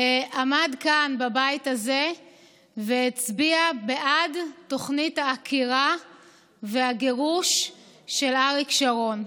עמד כאן בבית הזה והצביע בעד תוכנית העקירה והגירוש של אריק שרון.